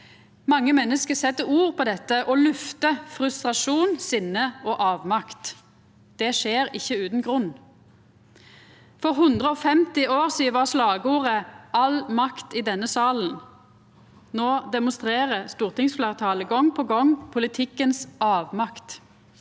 Mange menneske set ord på dette og luftar frustrasjon, sinne og avmakt. Det skjer ikkje utan grunn. For 150 år sidan var slagordet «all makt i denne sal». No demonstrerer stortingsfleirtalet gong på gong politikkens avmakt.